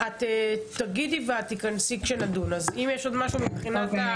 ובהמשך תדברי כשנדון בסעיפים.